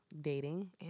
dating